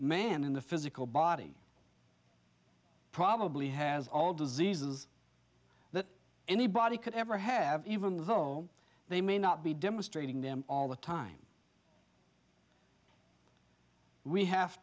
man in the physical body probably has all diseases that anybody could ever have even though they may not be demonstrating them all the time we have